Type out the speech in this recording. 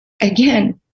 again